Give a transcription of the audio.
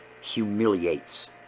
humiliates